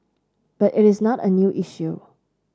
but it is not a new issue